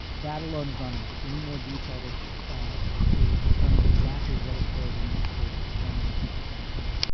that alone is not enough. we need more detail to to determine exactly what occurred in each state and how many people benefited.